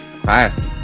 Classic